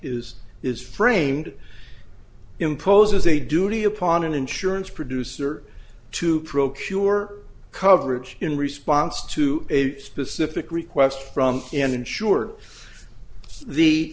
is is framed imposes a duty upon an insurance producer to procure coverage in response to a specific request from an insured the